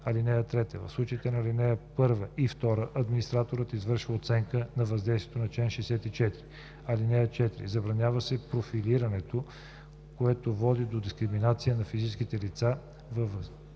данните. (3) В случаите по ал. 1 и 2 администраторът извършва оценка на въздействието по чл. 64. (4) Забранява се профилирането, което води до дискриминация на физически лица въз